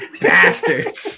bastards